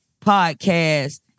podcast